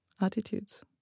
attitudes